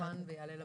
יעלה במליאה.